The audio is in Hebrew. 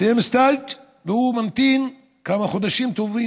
שמי שמסיים סטאז' ממתין כמה חודשים טובים